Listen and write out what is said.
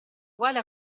uguale